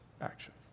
actions